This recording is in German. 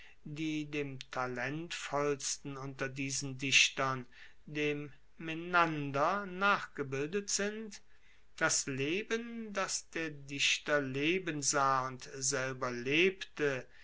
die dem talentvollsten unter diesen dichtern dem menander nachgebildet sind das leben das der dichter leben sah und selber lebte